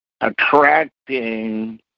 attracting